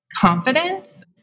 confidence